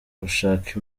gushaka